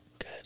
Good